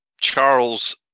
Charles